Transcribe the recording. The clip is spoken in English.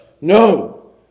No